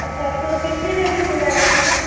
अच्छा तो कितने देर से मिल जाएगा मतलब